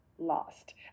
lost